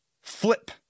flip